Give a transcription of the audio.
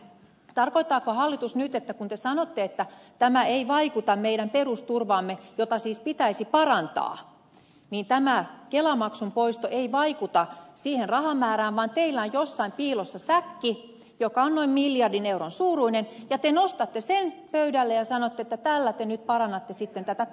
tarkoittaako hallitus nyt että kun te sanotte että tämä ei vaikuta meidän perusturvaamme jota siis pitäisi parantaa niin tämä kelamaksun poisto ei vaikuta siihen rahamäärään vaan teillä on jossain piilossa säkki joka on noin miljardin euron suuruinen ja te nostatte sen pöydälle ja sanotte että tällä te nyt parannatte sitten tätä perusturvaa